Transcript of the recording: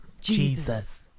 Jesus